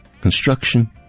Construction